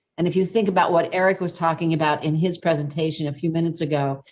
and if you think about what eric was talking about, in his presentation a few minutes ago,